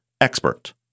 expert